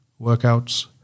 workouts